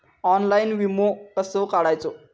Online विमो कसो काढायचो?